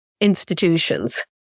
institutions